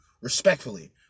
respectfully